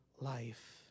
life